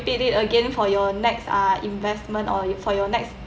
did it again for your next uh investment or your for your next